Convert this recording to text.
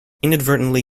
inadvertently